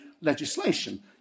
legislation